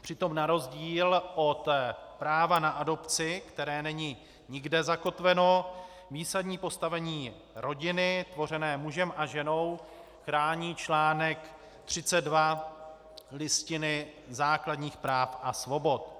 Přitom na rozdíl od práva na adopci, které není nikde zakotveno, výsadní postavení rodiny tvořené mužem a ženou chrání článek 32 Listiny základních práv a svobod.